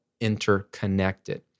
interconnected